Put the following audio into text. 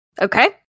Okay